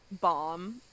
bomb